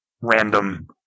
random